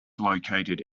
located